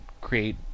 create